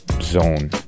zone